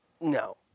no